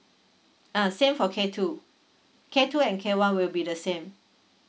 uh same for K two K two and K one will be the same